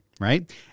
right